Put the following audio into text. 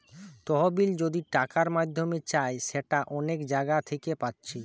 তহবিল যদি টাকার মাধ্যমে চাই সেটা অনেক জাগা থিকে পাচ্ছি